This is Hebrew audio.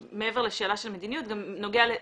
מעבר לשאלה של מדיניות נוגע גם למודעות.